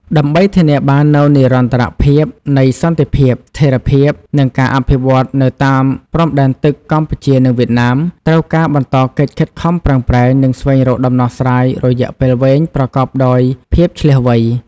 ដើម្បីធានាបាននូវនិរន្តរភាពនៃសន្តិភាព ស្ថិរភាព និងការអភិវឌ្ឍន៍នៅតាមព្រំដែនទឹក កម្ពុជា និងវៀតណាម ត្រូវការបន្តកិច្ចខិតខំប្រឹងប្រែង និងស្វែងរកដំណោះស្រាយរយៈពេលវែងប្រកបដោយភាពឈ្លាសវៃ។